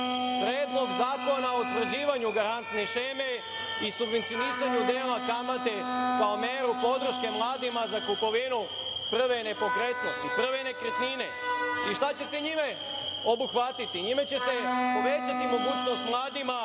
Predlog zakona o utvrđivanju garantne šeme i subvencionisanju dela kamate kao meru podrške mladima za kupovinu prve nepokretnosti, prve nekretnine. Šta će se njime obuhvatiti? Njime će se povećati mogućnost mladima